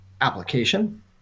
application